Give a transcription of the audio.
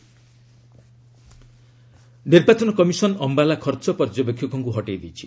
EC Ambala ନିର୍ବାଚନ commission Ambala ଖର୍ଚ୍ଚ ପର୍ଯ୍ୟବେକ୍ଷଙ୍କୁ ହଟେଇ ଦେଇଛି